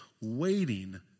waiting